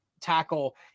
tackle